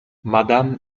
madame